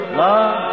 love